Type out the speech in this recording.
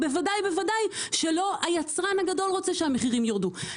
ובוודאי שלא היצרן הגדול רוצה שהמחירים ירדו.